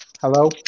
Hello